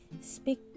Speak